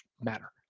matter